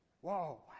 Whoa